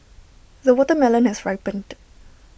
the watermelon has ripened